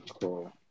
Cool